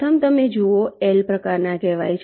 પ્રથમ તમે જુઓ L પ્રકાર કહેવાય છે